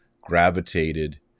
gravitated